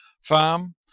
farm